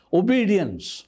obedience